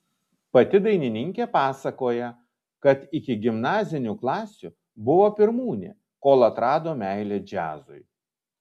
pati dainininkė pasakoja kad iki gimnazinių klasių buvo pirmūnė kol atrado meilę džiazui